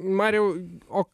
mariau o